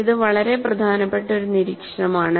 ഇത് വളരെ പ്രധാനപ്പെട്ട ഒരു നിരീക്ഷണമാണ്